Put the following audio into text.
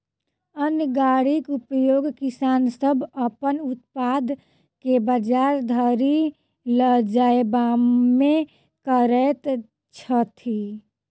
अन्न गाड़ीक उपयोग किसान सभ अपन उत्पाद के बजार धरि ल जायबामे करैत छथि